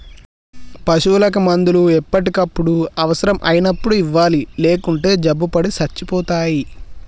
పశువులకు మందులు ఎప్పటికప్పుడు అవసరం అయినప్పుడు ఇవ్వాలి లేకుంటే జబ్బుపడి సచ్చిపోతాయి